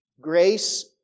grace